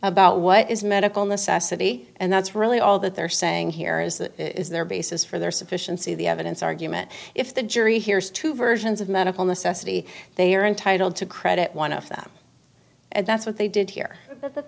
about what is medical necessity and that's really all that they're saying here is that is their basis for their sufficiency the evidence argument if the jury hears two versions of medical necessity they are entitled to credit one of them and that's what they did here th